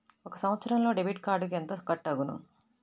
ఒక సంవత్సరంలో డెబిట్ కార్డుకు ఎంత కట్ అగును?